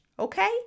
Okay